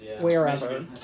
wherever